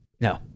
no